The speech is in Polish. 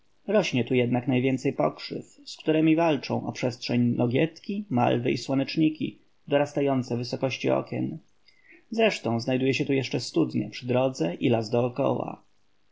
rośnie tu jednak najwięcej pokrzyw z któremi walczą o przestrzeń nogietki malwy i słoneczniki dorastające wysokości okien zresztą znajduje się tu jeszcze studnia przy drodze i las dookoła